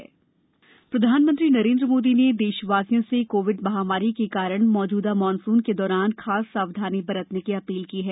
PM सावधानी प्रधानमंत्री नरेन्द्र मोदी ने देशवासियों से कोविड महामारी के कारण मौजूदा मॉनसून के दौरान खाश सावधानी बरतने की अपील की है